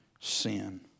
Sin